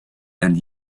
and